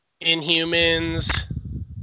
Inhumans